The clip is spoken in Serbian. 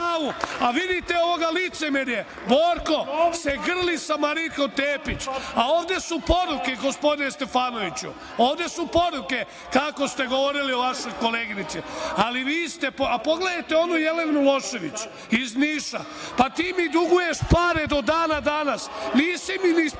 Vidite ovo licemerje, Borko se grli sa Marinikom Tepić, a ovde su poruke gospodine Stefanoviću, ovde su poruke kako ste govorili o vašoj koleginici. Pogledajte onu Jelenu Milošević iz Niša. Pa ti mi duguješ pare do dana danas, nisi mi ni isplatila